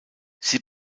sie